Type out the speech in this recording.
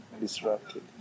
disrupted